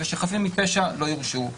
ושחפים מפשע לא יורשעו.